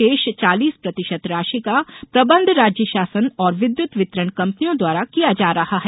शेष चालीस प्रतिशत राशि का प्रबंध राज्य शासन और विद्युत वितरण कंपनियों द्वारा किया जा रहा है